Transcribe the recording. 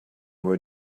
were